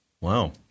Wow